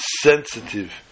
sensitive